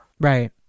Right